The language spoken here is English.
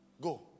Go